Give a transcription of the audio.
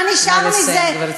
מה נשאר מזה, נא לסיים, גברתי.